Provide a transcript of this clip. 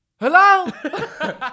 Hello